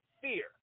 fear